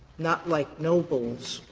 not like nobles,